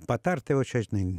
patart tai jau čia žinai